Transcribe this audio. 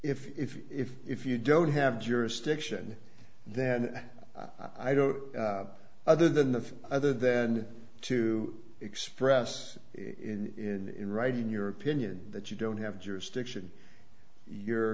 if if if you don't have jurisdiction then i don't other than the other then to express in writing your opinion that you don't have jurisdiction your